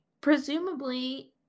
Presumably